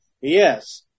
Yes